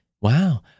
Wow